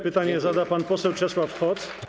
Pytanie zada pan poseł Czesław Hoc.